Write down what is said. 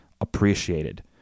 appreciated